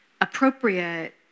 appropriate